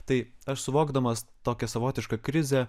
tai aš suvokdamas tokią savotišką krizę